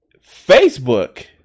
Facebook